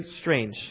strange